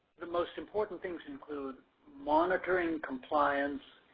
the most important things include monitoring compliance